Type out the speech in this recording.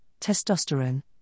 testosterone